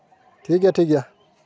ᱴᱷᱤᱠ ᱜᱮᱭᱟ ᱴᱷᱤᱠ ᱜᱮᱭᱟ